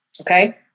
Okay